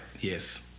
Yes